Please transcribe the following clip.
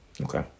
Okay